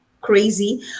crazy